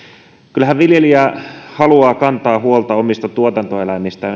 kyllähän viljelijä haluaa kantaa huolta omista tuotantoeläimistään